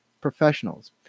Professionals